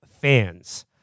fans